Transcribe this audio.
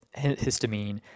histamine